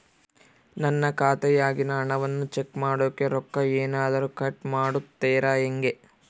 ನನ್ನ ಖಾತೆಯಾಗಿನ ಹಣವನ್ನು ಚೆಕ್ ಮಾಡೋಕೆ ರೊಕ್ಕ ಏನಾದರೂ ಕಟ್ ಮಾಡುತ್ತೇರಾ ಹೆಂಗೆ?